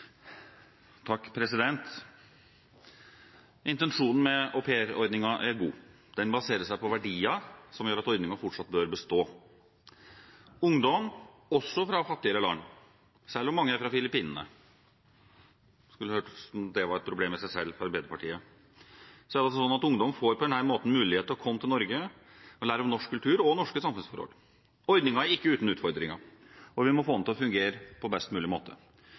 Intensjonen med aupairordningen er god. Den baserer seg på verdier som gjør at den fortsatt bør bestå. Ungdom, også fra fattigere land, selv om mange er fra Filippinene – det hørtes ut som om det var et problem i seg selv for Arbeiderpartiet – får på denne måten mulighet til å komme til Norge og lære om norsk kultur og norske samfunnsforhold. Ordningen er ikke uten utfordringer, og vi må få den til å fungere på best mulig måte.